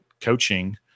coaching